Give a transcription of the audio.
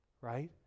right